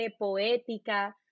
poética